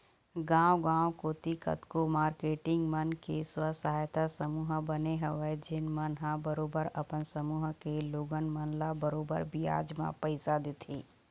गाँव गाँव कोती कतको मारकेटिंग मन के स्व सहायता समूह बने हवय जेन मन ह बरोबर अपन समूह के लोगन मन ल बरोबर बियाज म पइसा देथे